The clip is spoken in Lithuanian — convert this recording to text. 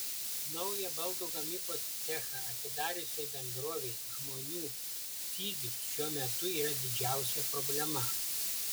naują baldų gamybos cechą atidariusiai bendrovei žmonių stygius šiuo metu yra didžiausia problema